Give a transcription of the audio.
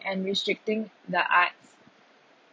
and restricting the arts